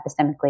epistemically